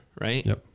right